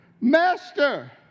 Master